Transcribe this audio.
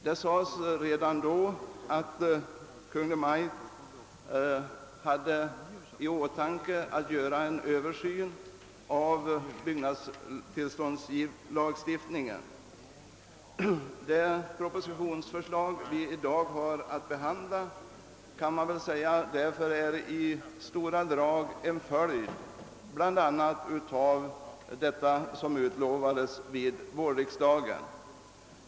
Det sades redan då att Kungl. Maj:t hade i åtanke att göra en Översyn av byggnadstillståndslagstiftningen. Det propositionsförslag som i dag behandlas är delvis att betrakta som en följd härav.